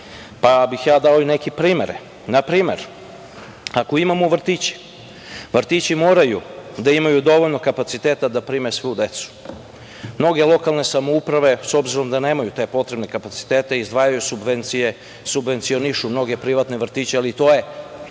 Ja bih dao i neke primere. Na primer, ako imamo vrtiće, vrtići moraju da imaju dovoljno kapaciteta da prime svu decu. Mnoge lokalne samouprave, s obzirom da nemaju te potrebne kapacitete, izdvajaju subvencije, subvencionišu mnoge privatne vrtiće, ali i to je